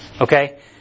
okay